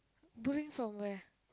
bring from where